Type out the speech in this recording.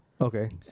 Okay